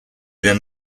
then